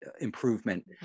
improvement